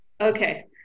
Okay